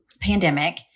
pandemic